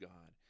God